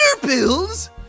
pills